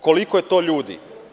Koliko je to ljudi?